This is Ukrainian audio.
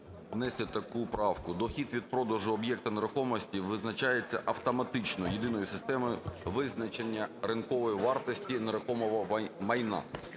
внести таку правку: "Дохід від продажу об'єкту нерухомості визначається автоматично єдиною системою визначення ринкової вартості нерухомого майна".